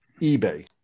eBay